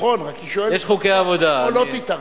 לא, זה נכון, רק היא שואלת מדוע לא תתערב.